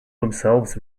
themselves